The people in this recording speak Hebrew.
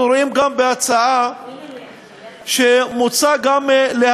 אנחנו רואים גם שמוצע בהצעה גם להרחיב